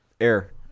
Air